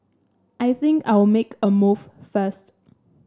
I think I'll make a move first